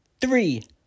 three